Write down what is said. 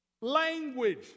language